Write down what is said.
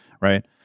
right